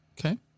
Okay